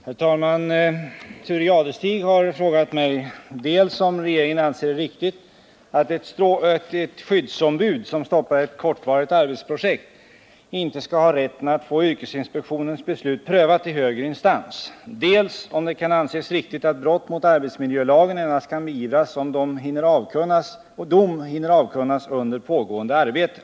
Herr talman! Thure Jadestig har frågat mig dels om regeringen anser det riktigt att ett skyddsombud, som stoppar ett kortvarigt arbetsprojekt, inte skall ha rätten att få yrkesinspektionens beslut prövat i högre instans, dels om det kan anses riktigt att brott mot arbetsmiljölagen endast kan beivras om dom hinner avkunnas under pågående arbete.